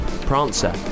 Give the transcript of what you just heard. Prancer